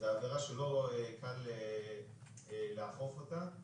זאת עבירה שלא קל לאכוף אותה.